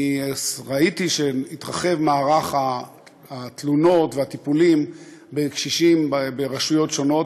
אני ראיתי שהתרחב מערך התלונות והטיפולים בקשישים ברשויות שונות,